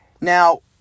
Now